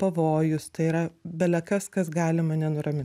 pavojus tai yra bele kas kas gali mane nuramint